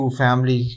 family